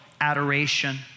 adoration